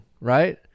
right